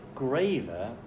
Graver